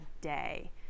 day